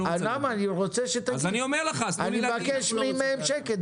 בנושא הזה, המינימום,